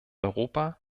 europa